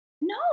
No